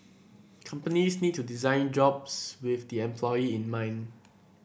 companies need to design jobs with the employee in mind